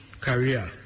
career